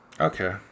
okay